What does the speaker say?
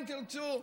אם תרצו,